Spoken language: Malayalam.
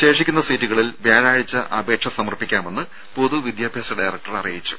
ശേഷിക്കുന്ന സീറ്റുകളിൽ വ്യാഴാഴ്ച അപേക്ഷ സമർപ്പിക്കാമെന്ന് പൊതു വിദ്യാഭ്യാസ ഡയറക്ടർ അറിയിച്ചു